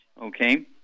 okay